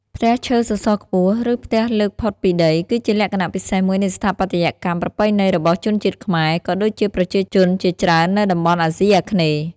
ផ្ទះឈើសសរខ្ពស់ ឬផ្ទះលើកផុតពីដី គឺជាលក្ខណៈពិសេសមួយនៃស្ថាបត្យកម្មប្រពៃណីរបស់ជនជាតិខ្មែរ ក៏ដូចជាប្រជាជនជាច្រើននៅតំបន់អាស៊ីអាគ្នេយ៍ ។